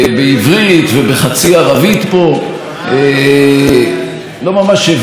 לא ממש הבין איך הנאומים האלה בכלל מתחברים